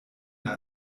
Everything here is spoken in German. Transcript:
der